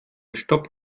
stopp